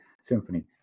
symphony